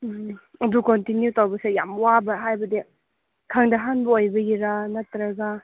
ꯎꯝ ꯑꯗꯨ ꯀꯟꯇꯤꯅ꯭ꯌꯨ ꯇꯧꯕꯁꯦ ꯌꯥꯝ ꯋꯥꯕ ꯍꯥꯏꯕꯗꯤ ꯈꯪꯗꯦ ꯑꯍꯥꯟꯕ ꯑꯣꯏꯕꯒꯤꯔꯥ ꯅꯠꯇ꯭ꯔꯒ